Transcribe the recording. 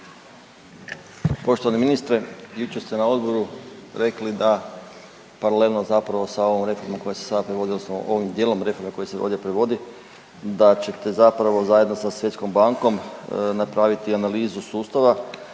Poštovani ministre, jučer ste na odboru rekli da paralelno zapravo sa ovom reformom koja se sad … odnosno ovim dijelom reforme koja se ovdje provodi da ćete zapravo zajedno sa Svjetskom bankom napraviti analizu sustava